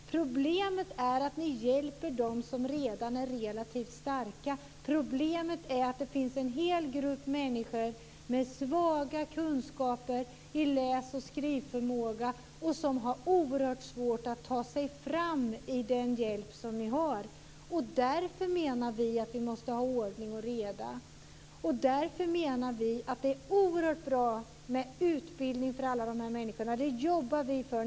Problemet är att ni hjälper dem som redan är relativt starka. Problemet är att det finns en hel grupp människor med svag läs och skrivförmåga som har oerhört svårt att ta sig fram med den hjälp som ni har. Därför menar vi att vi måste ha ordning och reda. Vi menar att det är oerhört bra med utbildning för alla de här människorna. Det jobbar vi för.